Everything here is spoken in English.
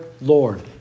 Lord